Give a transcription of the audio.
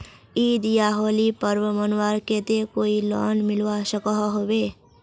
ईद या होली पर्व मनवार केते कोई लोन मिलवा सकोहो होबे?